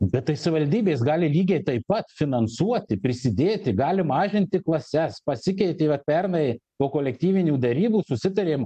bet tai savivaldybės gali lygiai taip pat finansuoti prisidėti gali mažinti klases pasikeitė va pernai po kolektyvinių derybų susitarėm